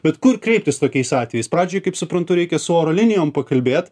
bet kur kreiptis tokiais atvejais pradžioj kaip suprantu reikia su oro linijom pakalbėt